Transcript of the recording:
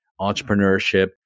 entrepreneurship